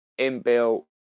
inbuilt